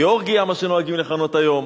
גאורגיה, מה שנוהגים לכנות היום.